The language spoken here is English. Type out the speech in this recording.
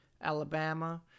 Alabama